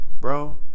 bro